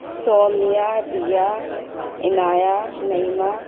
Saumya Riya Inaya Naimiya